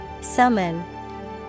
Summon